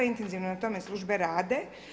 Intenzivno na tome službe rade.